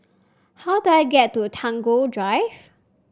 how do I get to Tagore Drive